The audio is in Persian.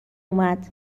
اومد